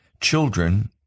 children